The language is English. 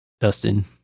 Dustin